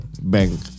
bank